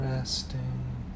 Resting